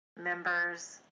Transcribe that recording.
members